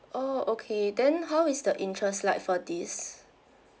oh okay then how is the interest like for this